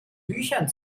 büchern